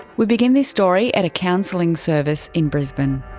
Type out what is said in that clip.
we begin this story at a counselling service in brisbane.